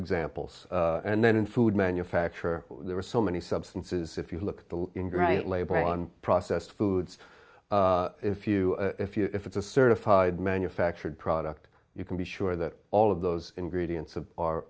examples and then in food manufacture there are so many substances if you look at the right label on processed foods if you if you if it's a certified manufactured product you can be sure that all of those ingredients o